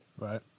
Right